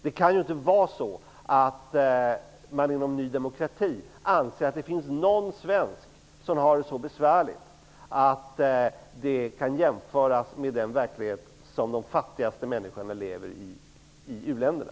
Det kan ju inte vara så, att man inom Ny demokrati anser att det finns någon svensk som har det så besvärligt att det kan jämföras med den verklighet som de fattigaste människorna lever i i uländerna.